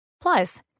Plus